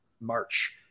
March